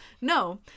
No